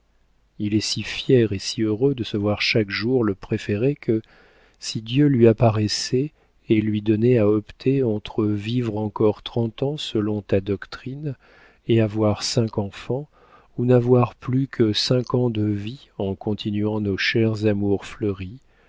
il est si fier et si heureux de se voir chaque jour le préféré que si dieu lui apparaissait et lui donnait à opter entre vivre encore trente ans selon ta doctrine et avoir cinq enfants ou n'avoir plus que cinq ans de vie en continuant nos chères amours fleuries